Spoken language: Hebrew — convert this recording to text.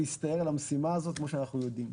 להסתער מייד על המשימה הזו כמו שאנחנו יודעים.